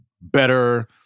better